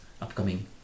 upcoming